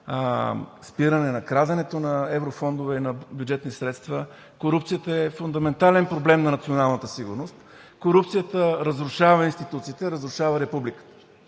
спиране на краденето на еврофондове и на бюджетни средства – корупцията е фундаментален проблем на националната сигурност, корупцията разрушава институциите, разрушава републиката.